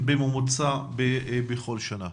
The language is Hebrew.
בממוצע מתים בכל שנה 124 ילדים.